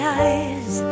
eyes